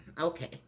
Okay